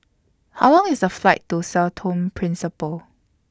How Long IS The Flight to Sao Tome Principe